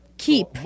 keep